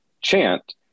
chant